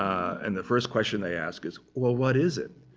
and the first question they ask is, well, what is it?